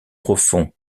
profond